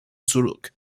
zurück